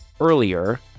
earlier